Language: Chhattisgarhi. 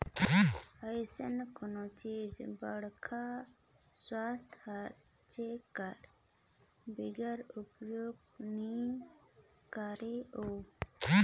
आएज कोनोच बड़खा संस्था हर चेक कर बगरा उपयोग नी करत अहे